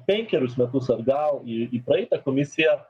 penkerius metus atgal į į praeitą komisiją